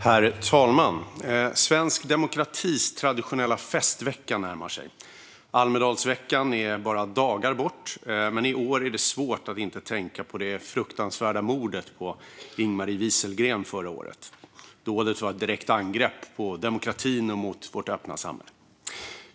Herr talman! Svensk demokratis traditionella festvecka närmar sig. Almedalsveckan är bara dagar bort. Men i år är det svårt att inte tänka på det fruktansvärda mordet på Ing-Marie Wieselgren förra året. Dådet var ett direkt angrepp på demokratin och vårt öppna samhälle.